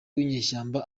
w’inyeshyamba